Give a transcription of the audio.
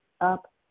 up